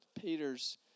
Peter's